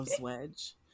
Wedge